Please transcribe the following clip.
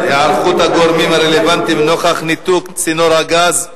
היערכות הגורמים הרלוונטיים נוכח ניתוק צינור הגז באל-עריש,